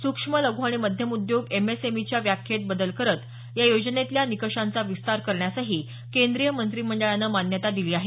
सूक्ष्म लघु आणि मध्यम उद्योग एम एस एम ईच्या व्याखेत बदल करत या योजनेतल्या निकषांचा विस्तार करण्यासही केंद्रीय मंत्रिमंडळानं मान्यता दिली आहे